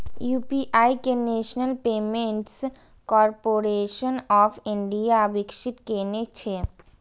UPI कें national payments corporation of India विकसित केने छै